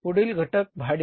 पुढील घटक भाडे आहे